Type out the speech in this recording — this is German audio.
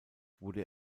wurde